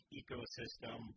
ecosystem